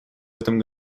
этом